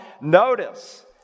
notice